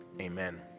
amen